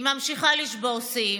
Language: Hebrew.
היא ממשיכה לשבור שיאים,